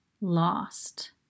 lost